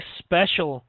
special